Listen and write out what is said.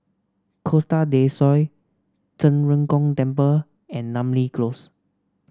Costa Del Sol Zhen Ren Gong Temple and Namly Close